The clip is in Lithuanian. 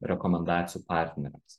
rekomendacijų partneriams